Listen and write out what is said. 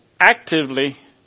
actively